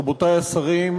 רבותי השרים,